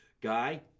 guy